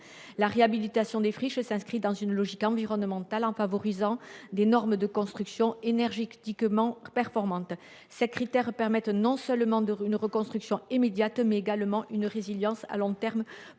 la réhabilitation des friches doit s’inscrire dans une logique environnementale, en favorisant les normes de construction énergétiquement performantes. Ces critères permettront non seulement d’encourager la reconstruction immédiate, mais encore favoriseront la résilience à long terme